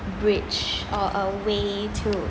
bridge or a way to